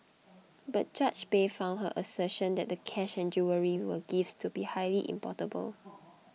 but Judge Bay found her assertion that the cash and jewellery were gifts to be highly improbable